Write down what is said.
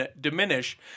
diminish